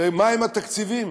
ומה עם התקציבים?